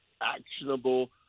actionable